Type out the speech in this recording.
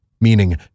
meaning